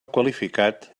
qualificat